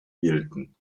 hielten